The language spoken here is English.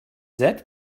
that